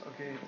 Okay